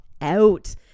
out